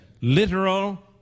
literal